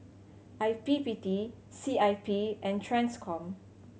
I P P T C I P and Transcom